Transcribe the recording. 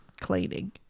cleaning